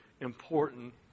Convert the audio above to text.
important